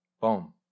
Boom